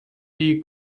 die